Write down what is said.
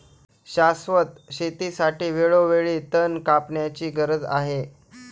शाश्वत शेतीसाठी वेळोवेळी तण कापण्याची गरज आहे